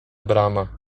brama